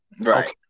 Right